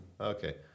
Okay